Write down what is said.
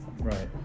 Right